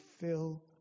fill